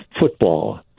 football